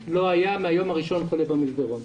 מהיום הראשון לא היה חולה במסדרון.